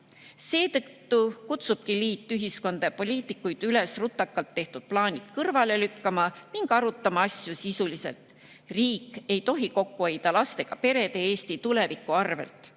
Seetõttu kutsubki liit ühiskonda ja poliitikuid üles rutakalt tehtud plaanid kõrvale lükkama ning arutama asju sisuliselt. Riik ei tohi kokku hoida lastega perede, Eesti tuleviku arvelt.